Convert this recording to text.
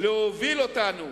להוביל אותנו